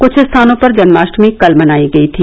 कुछ स्थानों पर जन्माष्टमी कल मनाई गयी थी